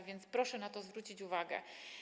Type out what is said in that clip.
A więc proszę na to zwrócić uwagę.